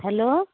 hello